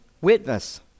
Witness